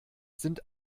sind